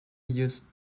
used